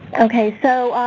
okay, so